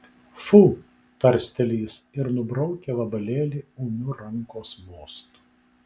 fu tarsteli jis ir nubraukia vabalėlį ūmiu rankos mostu